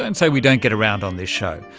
and say we don't get around on this show.